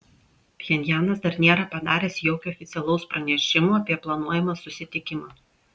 pchenjanas dar nėra padaręs jokio oficialaus pranešimo apie planuojamą susitikimą